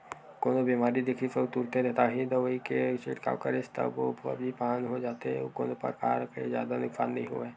कोनो बेमारी दिखिस अउ तुरते ताही दवई के छिड़काव करेस तब तो सब्जी पान हो जाथे अउ कोनो परकार के जादा नुकसान नइ होवय